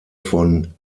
von